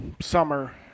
summer